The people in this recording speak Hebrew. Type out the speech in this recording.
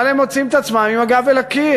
אבל הם מוצאים את עצמם עם הגב אל הקיר.